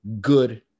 good